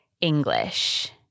English